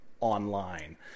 Online